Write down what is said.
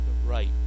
right